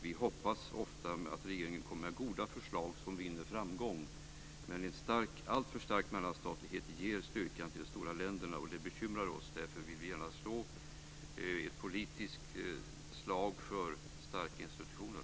Vi hoppas att regeringen kommer med goda förslag som vinner framgång. Men en alltför stark mellanstatlighet gör de stora länderna starka, och det bekymrar oss. Därför vill vi gärna slå ett slag politiskt för starka institutioner.